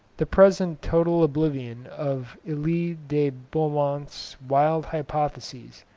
the present total oblivion of elie de beaumont's wild hypotheses,